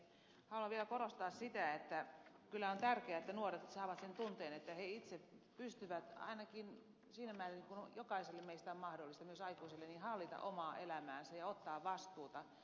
haluan vielä korostaa sitä että kyllä on tärkeää että nuoret saavat sen tunteen että he itse pystyvät ainakin siinä määrin kuin jokaiselle meistä on mahdollista myös aikuisille hallitsemaan omaa elämäänsä ja ottamaan vastuuta